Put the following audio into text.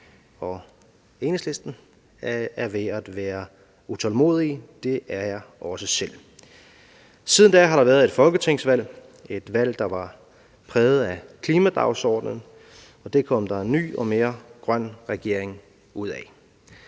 og Enhedslisten – er ved at være utålmodige; det er jeg også selv. Siden da har der været et folketingsvalg – et valg, der var præget af klimadagsordenen – og det kom der en ny og mere grøn regering ud af.